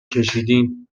کشیدین